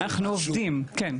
אנחנו עובדים, כן.